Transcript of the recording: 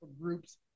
groups